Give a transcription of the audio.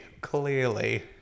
Clearly